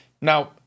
Now